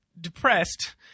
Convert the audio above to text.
depressed